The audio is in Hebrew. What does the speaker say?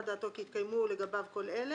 אז זה תיקון אחד שהוא יותר